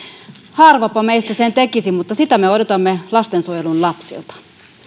harvapa meistä sen tekisi mutta sitä me odotamme lastensuojelun lapsilta